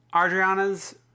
Adriana's